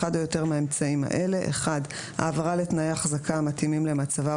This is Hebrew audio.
אחד או יותר מהאמצעים האלה: העברה לתנאי החזקה המתאימים למצבה,